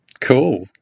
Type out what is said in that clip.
Cool